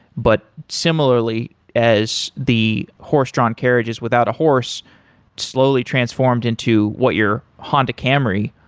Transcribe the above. but similarly as the horse-drawn carriages without a horse slowly transformed into what your honda camry,